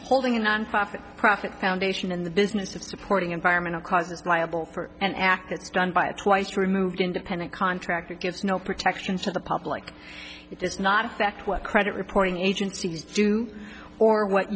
holding a nonprofit profit foundation in the business of supporting environmental causes liable for an act that's done by a twice removed independent contractor gives no protections to the public it does not affect what credit reporting agencies do or what